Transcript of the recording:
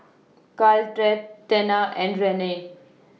Caltrate Tena and Rene